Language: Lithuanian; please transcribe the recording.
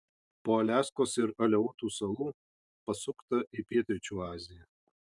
po aliaskos ir aleutų salų pasukta į pietryčių aziją